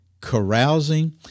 carousing